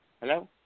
Hello